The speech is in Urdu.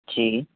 جی